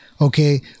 Okay